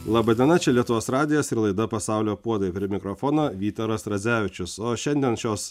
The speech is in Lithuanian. laba diena čia lietuvos radijas ir laida pasaulio puodai prie mikrofono vytaras radzevičius o šiandien šios